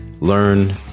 learn